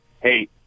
hey